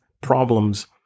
problems